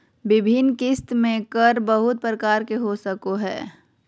विभिन्न किस्त में कर बहुत प्रकार के हो सको हइ